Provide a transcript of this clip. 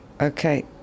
Okay